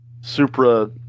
Supra